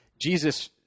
Jesus